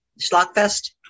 Schlockfest